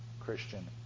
Christian